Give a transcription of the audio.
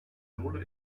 sohle